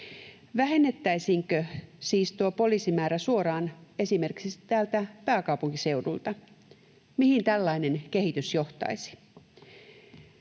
Vähennettäisiinkö siis tuo poliisimäärä suoraan esimerkiksi täältä pääkaupunkiseudulta? Mihin tällainen kehitys johtaisi?